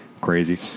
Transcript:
crazy